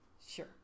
Sure